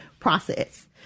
Process